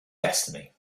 destiny